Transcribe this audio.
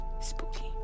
Spooky